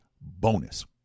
bonus